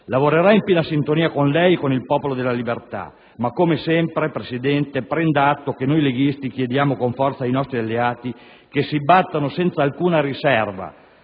Lavorerà in piena sintonia con lei e con il Popolo della libertà, ma come sempre prenda atto che noi leghisti chiediamo con forza ai nostri alleati di battersi senza alcuna riserva